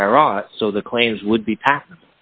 prior ot so the claims would be pa